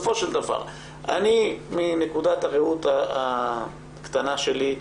מנקודת הראות הקטנה שלי,